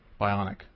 bionic